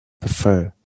prefer